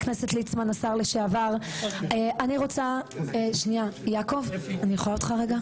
אני רוצה, יעקב, אני יכולה אותך רגע?